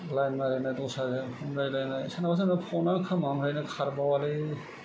line मारिनाय दस्राजों रायज्लायनाय सोरनाबा सोरनाबा फनानो खोमानिफ्रायनो खारबावालै